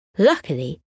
Luckily